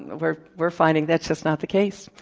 we're we're finding that's just not the case.